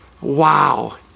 Wow